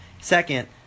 Second